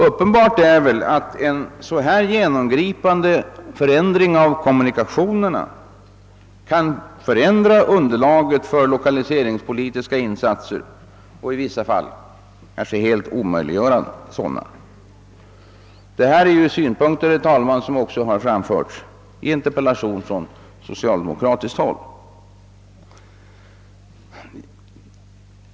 Uppenbart är väl att en så genomgripande förändring av kommunikationerna som det här är fråga om kan skapa ett ändrat underlag för lokaliseringspolitiska insatser och i vissa fall helt omöjliggöra sådana. Herr talman! Detta är synpunkter som också framförts i interpellation från socialdemokratiskt håll.